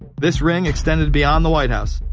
this ring extended beyond the white house.